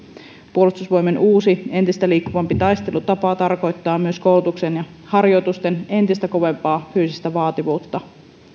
puolustusvoimien uusi entistä liikkuvampi taistelutapa tarkoittaa myös koulutuksen ja harjoitusten entistä kovempaa fyysistä vaativuutta